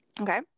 Okay